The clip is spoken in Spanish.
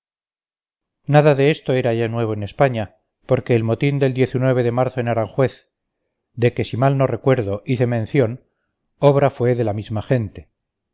nada de esto era ya nuevo en españa porque el motín del de marzo en aranjuez de que si mal no recuerdo hice mención obra fue de la misma gente